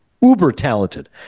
uber-talented